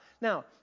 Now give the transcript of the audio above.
Now